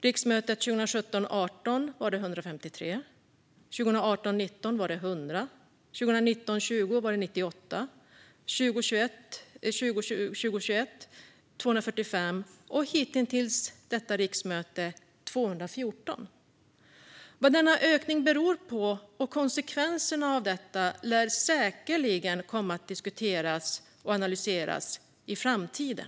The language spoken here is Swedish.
Riksmötet 2017 19 var det 100, 2019 21 var det 245 och hitintills har under detta riksmöte 214 tillkännagivanden riktats. Vad denna ökning beror på och konsekvenserna av detta lär säkerligen komma att diskuteras och analyseras i framtiden.